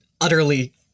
utterly